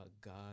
god